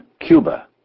Cuba